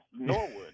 Norwood